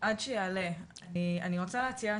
עד שהם יעלו, אני אשמח להציע הצעה.